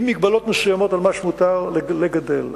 עם מגבלות מסוימות על מה שמותר לגדל.